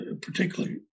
particularly